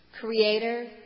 Creator